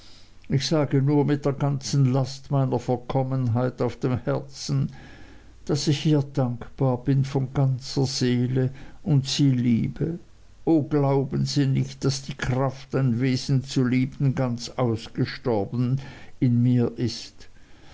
ich sage nur mit der ganzen last meiner verkommenheit auf dem herzen daß ich ihr dankbar bin von ganzer seele und sie liebe o glauben sie nicht daß die kraft ein wesen zu lieben ganz ausgestorben in mir ist